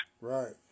Right